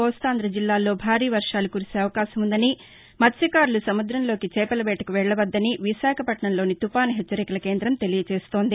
కోస్తాంధ జిల్లాల్లో భారీ వర్షాలు కురిసే అవకాశం వుందని మత్స్యకారులు సముద్రంలోకి చేవల వేటకు వెళ్ళవద్దని విశాఖపట్నంలోని తుఫాను హెచ్చరికల కేంద్రం తెలియజేస్తోంది